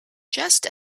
just